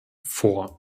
vor